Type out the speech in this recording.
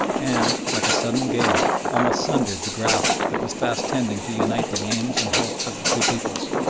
and, like a sudden gale, almost sundered the graft that was fast tending to unite the aims and hopes of the two peoples.